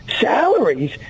salaries